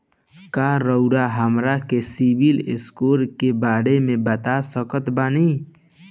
का रउआ हमरा के सिबिल स्कोर के बारे में बता सकत बानी?